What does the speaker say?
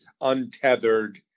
untethered